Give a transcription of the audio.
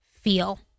feel